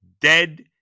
dead